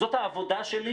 זאת העבודה שלי.